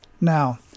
Now